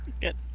good